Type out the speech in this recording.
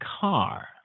car